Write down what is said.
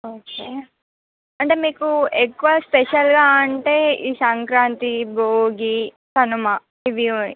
okay అంటే మీకు ఎక్కువ స్పెషల్గా అంటే ఈ సంక్రాంతి భోగి కనుమ ఇవి